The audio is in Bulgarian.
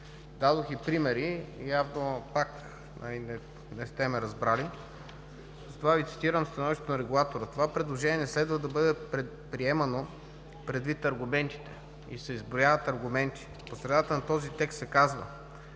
Дадох и примери, явно пак не сте ме разбрали. Затова Ви цитирам становището на регулатора: „Това предложение не следва да бъде приемано предвид аргументите“ – и се изброяват аргументи. По средата на този текст се казва: